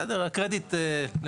בסדר, הקרדיט לממשלה.